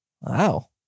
Wow